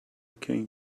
came